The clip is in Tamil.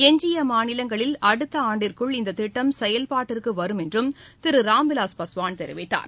எஞ்சிய மாநிலங்களில் அடுத்த ஆண்டிற்குள் இந்த திட்டம் செயல்பாட்டிற்கு வரும் என்றும் திரு ராம்விலாஸ் பாஸ்வான் தெரிவித்தார்